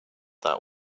that